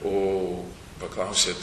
o paklausėt